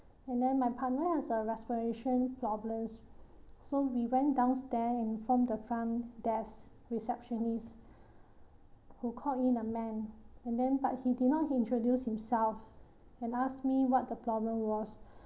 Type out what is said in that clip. and then my partner has a respiration problems so we went downstairs informed the front desk receptionist who called in a man and then but he did not introduced himself and asked me what the problem was